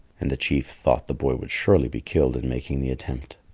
and the chief thought the boy would surely be killed in making the attempt.